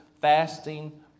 fasting